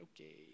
okay